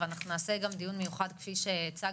ואנחנו נעשה גם דיון מיוחד כפי שהצגתי